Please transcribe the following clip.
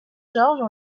georges